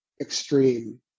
extreme